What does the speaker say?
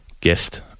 guest